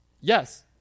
yes